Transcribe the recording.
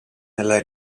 nella